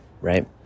right